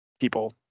people